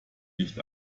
nicht